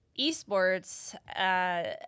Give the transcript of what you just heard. esports